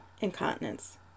incontinence